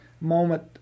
moment